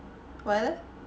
why leh